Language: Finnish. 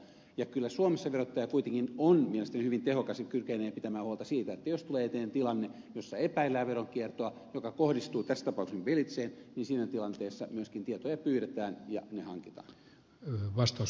ja kyllä suomessa verottaja kuitenkin on mielestäni hyvin tehokas ja kykenee pitämään huolta siitä että jos tulee eteen tilanne jossa epäillään veronkiertoa joka kohdistuu tässä tapauksessa belizeen niin siinä tilanteessa myöskin tietoja pyydetään ja ne hankitaan